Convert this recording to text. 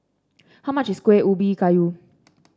how much is Kueh Ubi Kayu